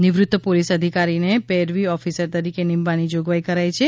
નિવૃત્ત પોલીસ અધિકારીને પેરવી ઓફિસર તરીકે નિમવાની જોગવાઇ કરાઇ છે